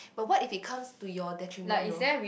but what if it comes to your detriment though